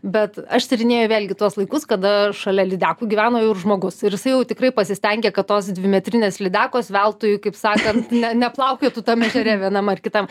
bet aš tyrinėju vėlgi tuos laikus kada šalia lydekų gyveno ir žmogus ir jisai jau tikrai pasistengė kad tos dvimetrinės lydekos veltui kaip sakant ne neplaukiotų tam ežere vienam ar kitam